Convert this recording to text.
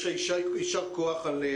יישר כוח.